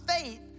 faith